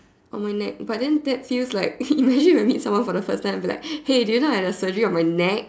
on my neck but then that feels like imagine if I meet someone for the first time I be like hey do you know I have a surgery on my neck